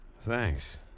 Thanks